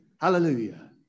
Hallelujah